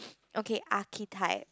okay archetypes